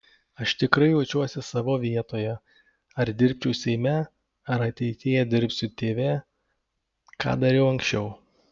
aš tikrai jaučiuosi savo vietoje ar dirbčiau seime ar ateityje dirbsiu tv ką dariau anksčiau